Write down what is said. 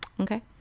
Okay